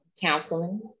counseling